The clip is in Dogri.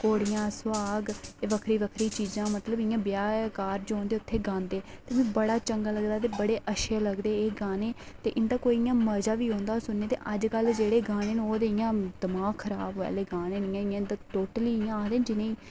घोड़ियां सुहाग ते बक्खरी बक्खरी चीजां मतलब इ'यां ब्याह् आह्ले घर जंदे ते उत्थै गांदे बड़ा चंगा लगदा कि बड़े अच्छे लगदे ते एह् गाने इंदा कोई इ'यां मजा बी औंदा और सुनने ते अज्ज कल जेह्ड़े गाने न ओह् ते इ'यां दमाग खराब आह्ले गाने न इ'यां इ'यां इ'यां आखदे निं जिन्ने ई